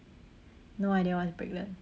no idea what is brickland